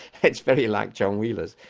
it's very like john wheeler's.